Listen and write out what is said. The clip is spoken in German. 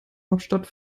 hauptstadt